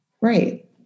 Right